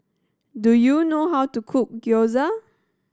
do you know how to cook Gyoza